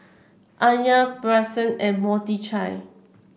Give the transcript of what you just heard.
Anya Bryson and Mordechai